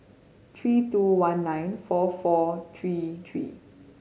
three two one nine four four three three